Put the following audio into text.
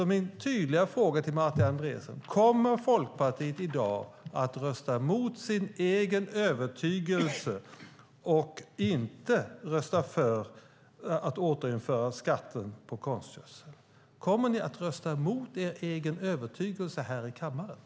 Min tydliga fråga till Martin Andreasson är därför: Kommer Folkpartiet i dag att rösta mot sin övertygelse och inte rösta för ett återinförande av skatten på konstgödsel? Kommer ni alltså här i kammaren att rösta mot er övertygelse?